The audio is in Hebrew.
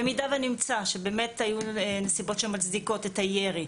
במידה ונמצא שבאמת היו נסיבות שמצדיקות את הירי,